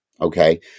Okay